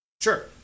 Sure